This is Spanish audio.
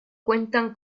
cuentan